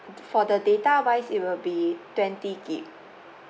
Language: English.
for the data wise it will be twenty G_B